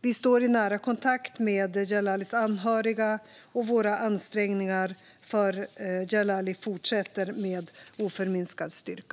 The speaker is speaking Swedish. Vi står i nära kontakt med Djalalis anhöriga, och våra ansträngningar för Djalali fortsätter med oförminskad styrka.